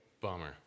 Bummer